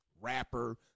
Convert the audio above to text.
rapper